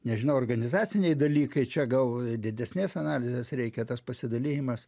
nežinau organizaciniai dalykai čia gal didesnės analizės reikia tas pasidalijimas